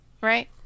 right